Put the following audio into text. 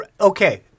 okay